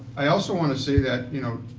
i also want to say that, you know,